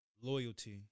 loyalty